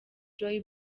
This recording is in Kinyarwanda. joy